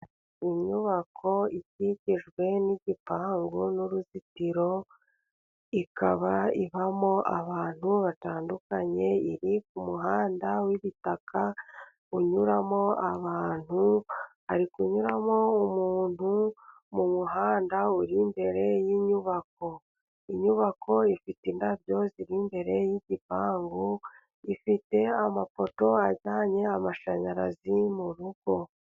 Inyubako ikikijwe n'igipangu n'uruzitiro ikaba ibamo abantu batandukanye, iri ku muhanda w'ibitaka unyuramo abantu hari kunyuramo umuntu mu muhanda uri imbere y'inyubako. Inyubako ifite indabyo ziri imbere y'igipangu ifite amapoto ajyanye amashanyarazi mu rugo.